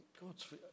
God's